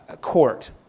court